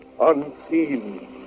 unseen